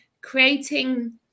creating